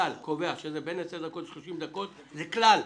כלל שקובע שזה בין 10 דקות ל-30 דקות, זה כלל.